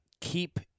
keep